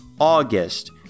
August